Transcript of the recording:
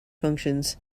functions